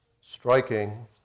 Striking